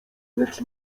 lecz